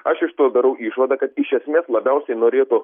aš iš to darau išvadą kad iš esmės labiausiai norėtų